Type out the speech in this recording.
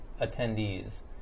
attendees